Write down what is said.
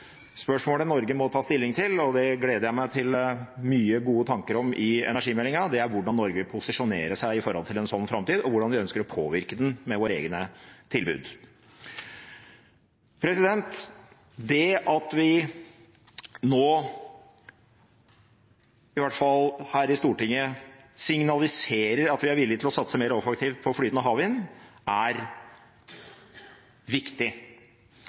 Spørsmålet Norge må ta stilling til – og jeg gleder meg til nye, gode tanker om dette i energimeldingen – er hvordan Norge posisjonerer seg i forhold til en slik framtid, og hvordan vi ønsker å påvirke den med våre egne tilbud. Det at vi nå – i hvert fall her i Stortinget – signaliserer at vi er villig til å satse mer offensivt på flytende havvind, er viktig,